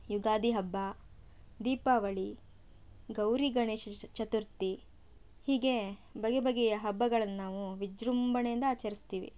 ಯುಗಾದಿ ಹಬ್ಬ ದೀಪಾವಳಿ ಗೌರಿಗಣೇಶ ಶ ಚತುರ್ಥಿ ಹೀಗೆ ಬಗೆಬಗೆಯ ಹಬ್ಬಗಳನ್ನು ನಾವು ವಿಜೃಂಭಣೆಯಿಂದ ಆಚರಿಸ್ತೀವಿ